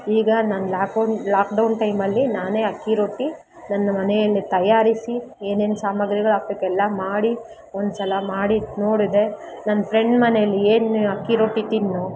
ಈಗ ನಾನು lockdown lockdown ಟೈಮಲ್ಲಿ ನಾನೇ ಅಕ್ಕಿ ರೊಟ್ಟಿ ನನ್ನ ಮನೆಯಲ್ಲೆ ತಯಾರಿಸಿ ಏನೇನು ಸಾಮಾಗ್ರಿಗಳು ಹಾಕ್ಬೇಕ್ ಎಲ್ಲಾ ಮಾಡಿ ಒಂದ್ಸಲ ಮಾಡಿ ನೋಡಿದೆ ನನ್ನ ಫ್ರೆಂಡ್ ಮನೆಯಲ್ಲಿ ಏನು ಅಕ್ಕಿ ರೊಟ್ಟಿ ತಿಂದ್ನೊ